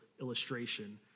illustration